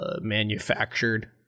manufactured